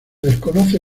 desconoce